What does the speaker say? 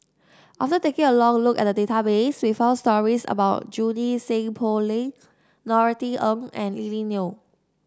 after taking a long look at the database we found stories about Junie Sng Poh Leng Norothy Ng and Lily Neo